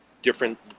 different